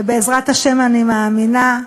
ובעזרת השם, אני מאמינה,